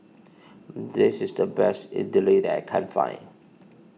this is the best Idili that I can find